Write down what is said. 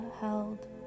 held